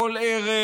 כל ערב,